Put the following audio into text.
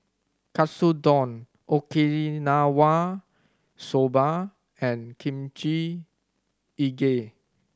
Katsudon Okinawa Soba and Kimchi Jjigae